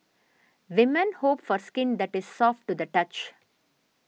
women hope for skin that is soft to the touch